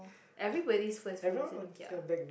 everybody first phone is a Nokia